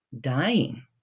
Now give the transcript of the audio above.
dying